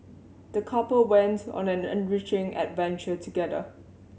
the couple went on an enriching adventure together